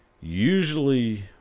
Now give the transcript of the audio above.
usually